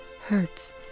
hurts